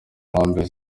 nkambi